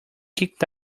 kicked